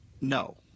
No